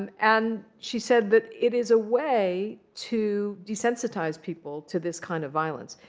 um and she said that it is a way to desensitize people to this kind of violence.